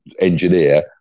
engineer